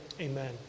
Amen